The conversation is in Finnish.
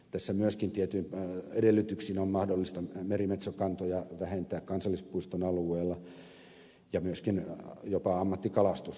tässä myöskin tietyin edellytyksin on mahdollista merimetsokantoja vähentää kansallispuiston alueella